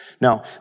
Now